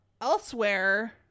Elsewhere